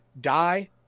die